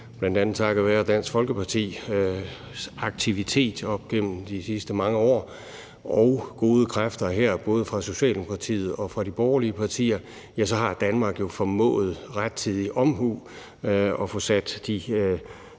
bl.a. takket være Dansk Folkepartis aktivitet op igennem de sidste mange år, og ved hjælp af gode kræfter her, både fra Socialdemokratiet og de borgerlige partiers side, har Danmark jo formået ved rettidig omhu at få sat den